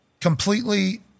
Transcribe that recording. completely –